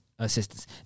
assistance